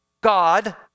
God